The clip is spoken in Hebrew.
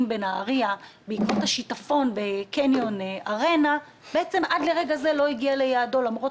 בנהרייה בעקבות השיטפון בקניון ארנה לא הגיעו ליעדם למרות